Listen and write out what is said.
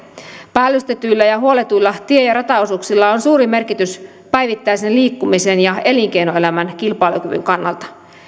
päällystetyillä ja huolletuilla tie ja rataosuuksilla on suuri merkitys päivittäisen liikkumisen ja elinkeinoelämän kilpailukyvyn kannalta